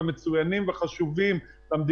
לנוער בסיכון,